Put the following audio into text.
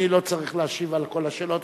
אדוני לא צריך להשיב על כל השאלות,